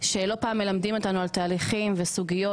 שלא פעם מלמדים אותנו על תהליכים וסוגיות